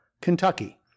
Kentucky